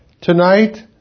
Tonight